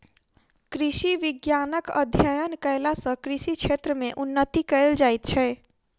कृषि विज्ञानक अध्ययन कयला सॅ कृषि क्षेत्र मे उन्नति कयल जाइत छै